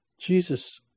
Jesus